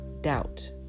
doubt